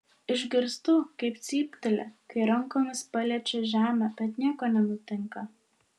išgirstu kaip cypteli kai rankomis paliečia žemę bet nieko nenutinka